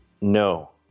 No